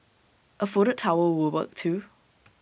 A folded towel would work too